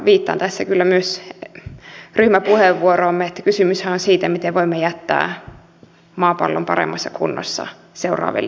viittaan tässä kyllä myös ryhmäpuheenvuoroomme että kysymyshän on siitä miten voimme jättää maapallon paremmassa kunnossa seuraaville ihmisille